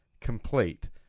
complete